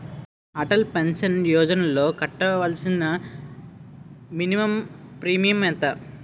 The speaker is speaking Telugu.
అటల్ పెన్షన్ యోజనలో కట్టవలసిన మినిమం ప్రీమియం ఎంత?